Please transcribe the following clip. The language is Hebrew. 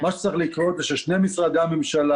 מה שצריך לקרות זה ששני משרדי הממשלה